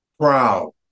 proud